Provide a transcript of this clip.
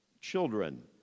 children